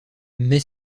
mais